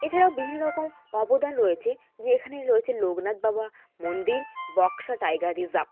এছাড়াও বিভিন্ন রকম অবদান রয়েছে যে এখানে রয়েছে লোকনাথ বাবা মন্দির বক্সা টাইগার রিজার্ভ